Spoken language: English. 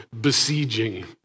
besieging